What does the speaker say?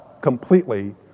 completely